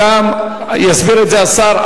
אותם, יסביר את זה השר.